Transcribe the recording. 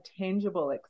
tangible